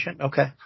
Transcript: okay